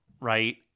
right